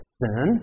sin